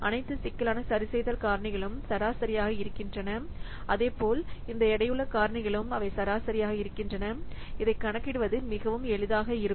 அனைத்து சிக்கலான சரிசெய்தல் காரணிகளும் சராசரியாக இருக்கின்றன அதே போல் இந்த எடையுள்ள காரணிகளும் அவை சராசரியாக இருக்கின்றன இதை கணக்கிடுவது மிகவும் எளிதாக இருக்கும்